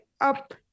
up